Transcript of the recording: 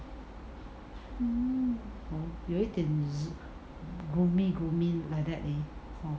有一点 z~ gloomy gloomy like that leh